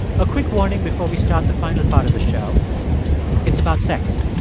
a quick warning before we start the final part of the show it's about sex